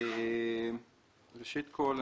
ראשית כול,